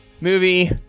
Movie